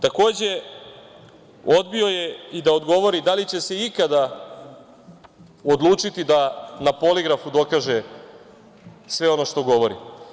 Takođe, odbio je i da odgovori da li će se ikada odlučiti da na poligrafu dokaže sve ono što govori.